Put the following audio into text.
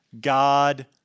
God